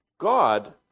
God